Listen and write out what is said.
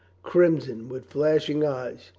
crim son, with flashing eyes.